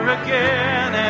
again